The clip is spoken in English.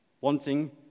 wanting